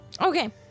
Okay